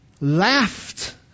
laughed